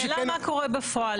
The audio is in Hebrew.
השאלה מה קורה בפועל.